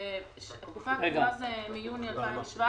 התקופה הקבועה היא מיוני 2017,